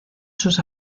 sus